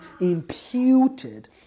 imputed